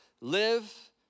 live